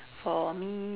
for me